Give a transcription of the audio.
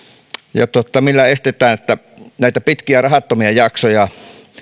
ja millä estetään että näitä pitkiä rahattomia jaksoja